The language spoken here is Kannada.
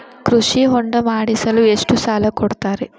ಕೃಷಿ ಹೊಂಡ ಮಾಡಿಸಲು ಎಷ್ಟು ಸಾಲ ಕೊಡ್ತಾರೆ?